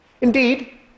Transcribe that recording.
Indeed